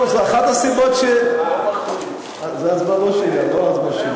זאת אחת הסיבות, זה לא על הזמן שלי.